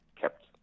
kept